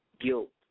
guilt